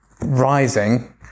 rising